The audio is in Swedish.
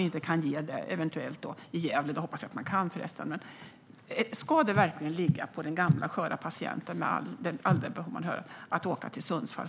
Ska det verkligen ligga på den gamla sköra patienten att åka till Sundsvall?